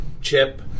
chip